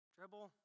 Dribble